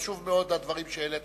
חשובים מאוד הדברים שהעלית,